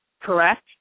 correct